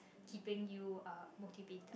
keeping you uh motivated